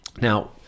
Now